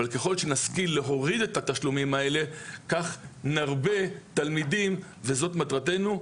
אבל ככל שנשכיל להוריד את התשלומים האלה כך נרבה תלמידים וזאת מטרתנו.